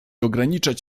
ograniczać